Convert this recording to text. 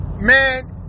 Man